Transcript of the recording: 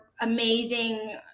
amazing